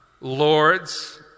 lords